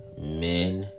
men